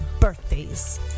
birthdays